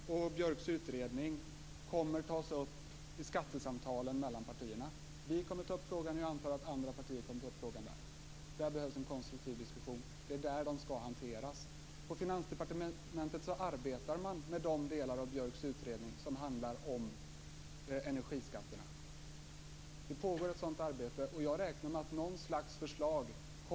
Fru talman! Skatterna och Björks utredning kommer att tas upp vid skattesamtalen mellan partierna. Vi kommer att ta upp frågan, och jag antar att andra kommer att göra det. Där behövs en konstruktiv diskussion, och det är där som frågan skall hanteras. På Finansdepartementet arbetar med de delar av Björks utredning som handlar om energiskatterna. Det pågår ett sådant arbete, och jag räknar med att det kommer något slags förslag.